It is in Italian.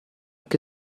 che